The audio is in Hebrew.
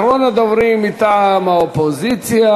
אחרון הדוברים מטעם האופוזיציה,